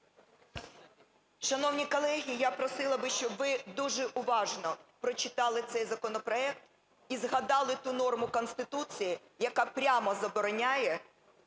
Шановні колеги, я просила б, щоб ви дуже уважно прочитали цей законопроект і згадали ту норму Конституції, яка прямо забороняє